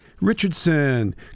Richardson